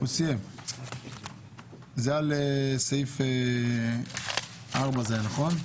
זה על סעיף 1(4), נכון?